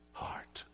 heart